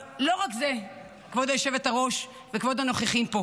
אבל לא רק זה, כבוד היושבת-ראש וכבוד הנוכחים פה,